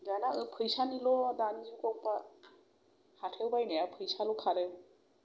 दाना फैसानिल' हाथायाव बायनाया फैसाल' खारो